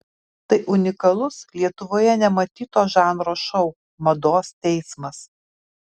tai unikalus lietuvoje nematyto žanro šou mados teismas